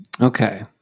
Okay